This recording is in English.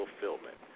Fulfillment